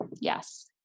Yes